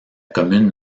commune